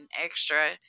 extra